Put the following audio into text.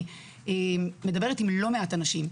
אני מדברת עם לא מעט אנשים,